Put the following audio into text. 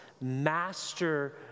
master